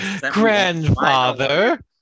Grandfather